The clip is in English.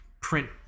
print